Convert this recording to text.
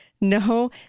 No